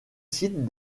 sites